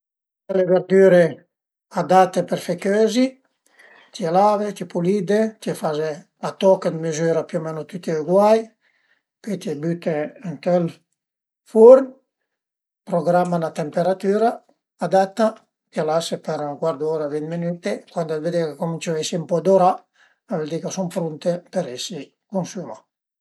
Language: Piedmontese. Pìe le verdüre adatte për fe cözi, t'ie lave, t'ie pulide, t'ie faze a toch ën mizüra più o meno tüte üguai, pöi t'ie büte ënt ël furn, programma 'na temperatüra adatta e lase per ën cuart d'ura vint minüte, cuand vëdde ch'a cuminsu a esi ën po durà a völ di ch'a sun prunte për esi cunsumà